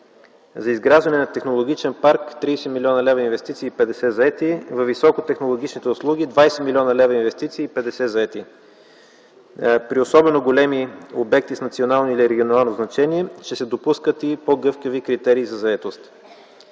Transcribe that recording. за изграждане на технологичен парк – 30 млн. лв. инвестиции и 50 заети; във високотехнологичните услуги – 20 млн. лв. инвестиции и 50 заети. При особено големи обекти с национално или регионално значение ще се допускат и по-гъвкави критерии за заетост.